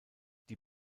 die